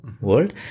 world